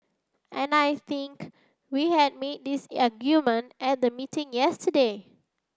and I think we had made this argument at the meeting yesterday